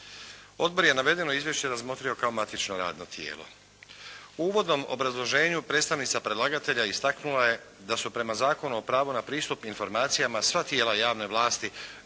Odbor je navedeno izvješće razmotrio kao matično radno tijelo. U uvodnom obrazloženju predstavnica predlagatelja istaknula je da su prema Zakonu o pravu na pristup informacijama sva tijela javne vlasti